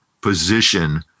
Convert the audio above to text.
position